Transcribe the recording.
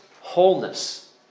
wholeness